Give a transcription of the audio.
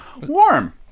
Warm